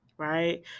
right